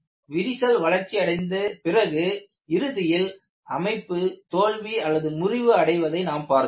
விரிசல் வளர்ச்சியடைந்த பிறகு இறுதியில் அமைப்பு தோல்வி முறிவு அடைவதை நாம் பார்த்தோம்